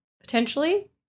potentially